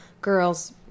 girls